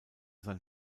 sein